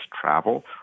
travel